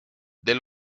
del